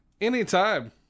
anytime